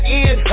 end